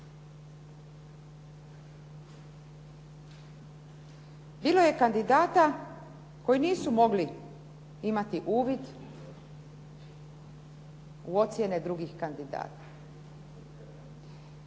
Bilo je kandidata koji nisu mogli imati uvid u ocjene drugih kandidata.